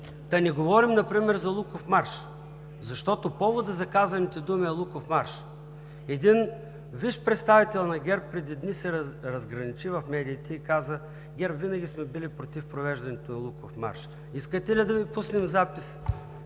Да не говорим например за Луковмарш, защото поводът за казаните думи е Луковмарш. Един висш представител на ГЕРБ преди дни се разграничи в медиите и каза: „ГЕРБ винаги сме били против провеждането на Луковмарш“. Искате ли да Ви пуснем запис